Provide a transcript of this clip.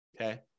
Okay